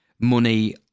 money